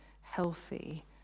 healthy